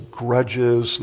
grudges